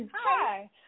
hi